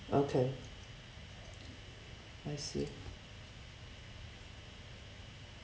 okay I see